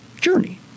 journey